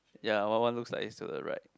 ya one one looks like it's to the right